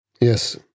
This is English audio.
Yes